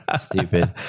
Stupid